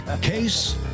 Case